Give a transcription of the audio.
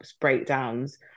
breakdowns